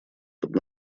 под